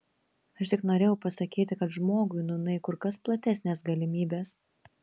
aš tik norėjau pasakyti kad žmogui nūnai kur kas platesnės galimybės